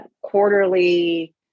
quarterly